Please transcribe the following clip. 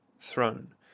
Throne